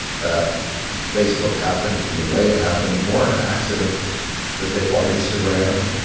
that facebook happened in the way it happened, nor an accident that they bought instagram.